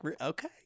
okay